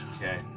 Okay